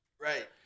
Right